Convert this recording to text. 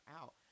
out